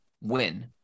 win